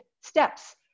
steps